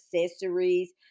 accessories